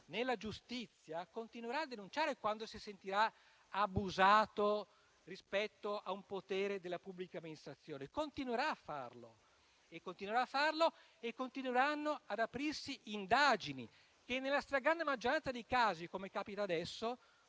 nella giustizia, continuerà a denunciare, quando si sentirà abusato dal potere della pubblica amministrazione. Continuerà a farlo e continueranno ad aprirsi indagini che, nella stragrande maggioranza dei casi (come capita adesso),